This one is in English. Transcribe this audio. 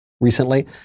Recently